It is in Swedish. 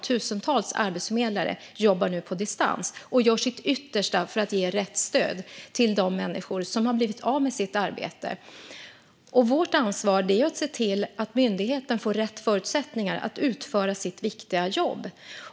Tusentals arbetsförmedlare jobbar på distans och gör sitt yttersta för att ge rätt stöd till de människor som har blivit av med sitt arbete. Vårt ansvar är att se till att myndigheten får rätt förutsättningar att utföra sitt viktiga jobb.